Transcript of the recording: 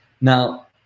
now